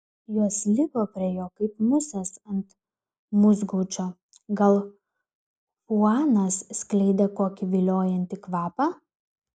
jos lipo prie jo kaip musės ant musgaudžio gal chuanas skleidė kokį viliojantį kvapą